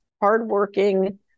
hardworking